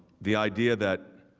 the idea that